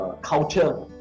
culture